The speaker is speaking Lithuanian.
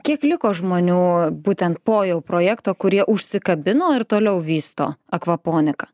kiek liko žmonių būtent po jau projekto kurie užsikabino ir toliau vysto akvoponiką